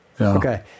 Okay